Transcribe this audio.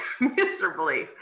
miserably